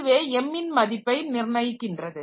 இதுவே m ன் மதிப்பை நிர்ணயிக்கின்றது